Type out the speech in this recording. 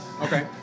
Okay